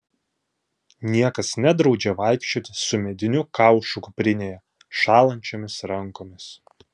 niekas nedraudžia vaikščioti su mediniu kaušu kuprinėje šąlančiomis rankomis